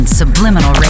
subliminal